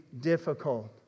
difficult